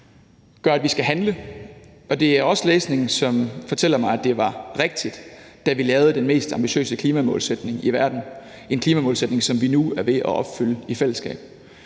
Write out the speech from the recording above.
gør, at vi skal handle, og det er også læsning, som fortæller mig, at det var rigtigt, da vi lavede den mest ambitiøse klimamålsætning i verden – en klimamålsætning, som vi nu i fællesskab